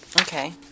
Okay